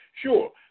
sure